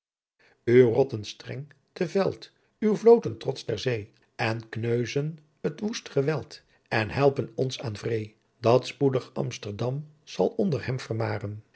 uw rotten streng te veld uw vlooten trots ter zee en kneuzen t woest geweldt en helpen ons aan vree dat spoedigh amsterdam zal onder hem